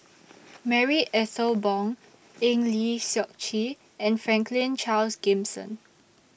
Marie Ethel Bong Eng Lee Seok Chee and Franklin Charles Gimson